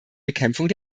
bekämpfung